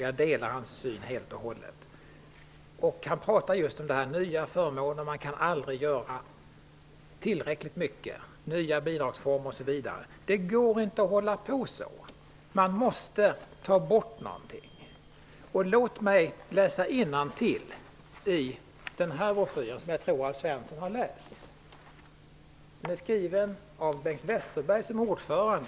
Jag delar helt och hållet hans synsätt. Han pratade just om nya förmåner, nya bidragsformer, osv. -- man kan aldrig göra tillräckligt mycket. Det går inte att hålla på så. Man måste ta bort någonting. Låt mig läsa innantill ur en broschyr som jag tror att Alf Svensson har läst. Den är skriven av Bengt Westerberg som ordförande.